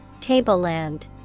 Tableland